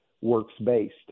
works-based